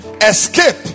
escape